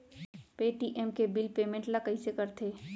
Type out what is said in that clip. Paytm के bill payment ल कइसे करथे?